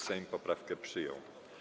Sejm poprawkę przyjął.